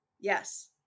Yes